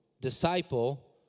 disciple